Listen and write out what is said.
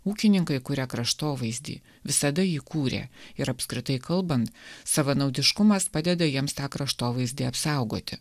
ūkininkai kuria kraštovaizdį visada jį kūrė ir apskritai kalbant savanaudiškumas padeda jiems tą kraštovaizdį apsaugoti